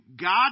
God